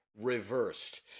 reversed